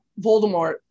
Voldemort